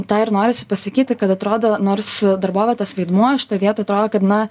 tą ir norisi pasakyti kad atrodo nors darbovietės vaidmuo šitoj vietoj atrodo kad na